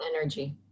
Energy